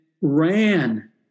ran